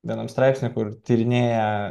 vienam straipsny kur tyrinėja